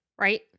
Right